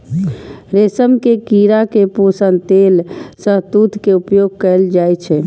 रेशम के कीड़ा के पोषण लेल शहतूत के उपयोग कैल जाइ छै